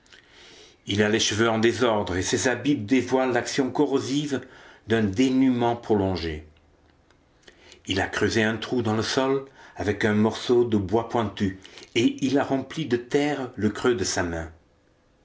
il a les cheveux en désordre et ses habits dévoilent l'action corrosive d'un dénûment prolongé il a creusé un trou dans le sol avec un morceau de bois pointu et a rempli de terre le creux de sa main